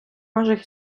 межах